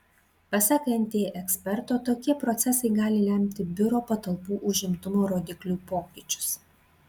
pasak nt eksperto tokie procesai gali lemti biuro patalpų užimtumo rodiklių pokyčius